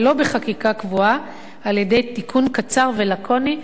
על-ידי תיקון קצר ולקוני בפקודת בתי-הסוהר,